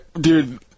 Dude